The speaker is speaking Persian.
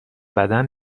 بدن